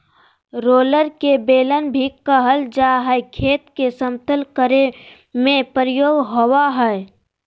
roller के बेलन भी कहल जा हई, खेत के समतल करे में प्रयोग होवअ हई